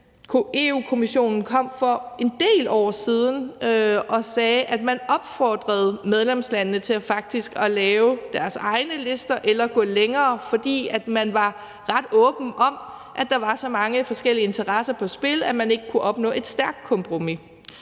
Europa-Kommissionen kom for en del år siden og sagde, at man faktisk opfordrede medlemslandene til at lave deres egne lister eller at gå længere. For man var ret åben om, at der var så mange forskellige interesser på spil, at man ikke kunne opnå et stærkt kompromis,